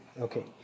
Okay